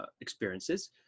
experiences